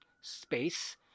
space